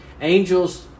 Angels